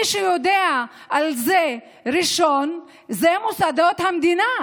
מי שיודע על זה ראשון הם מוסדות המדינה,